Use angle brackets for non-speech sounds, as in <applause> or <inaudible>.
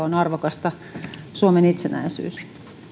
<unintelligible> on arvokasta suomen itsenäisyys